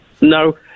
No